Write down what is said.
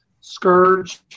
Scourge